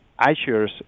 iShares